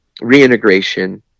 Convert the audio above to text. reintegration